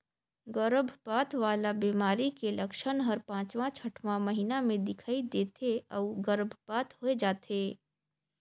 गरभपात वाला बेमारी के लक्छन हर पांचवां छठवां महीना में दिखई दे थे अउ गर्भपात होय जाथे